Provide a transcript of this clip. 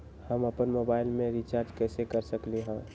हम अपन मोबाइल में रिचार्ज कैसे कर सकली ह?